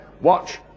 watch